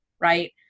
right